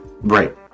Right